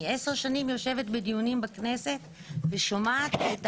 אני עשר שנים יושבת בדיונים בכנסת ושומעת את